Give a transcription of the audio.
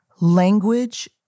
Language